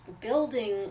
building